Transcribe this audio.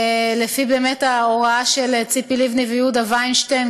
לפי ההוראה של ציפי לבני ויהודה וינשטיין,